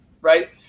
right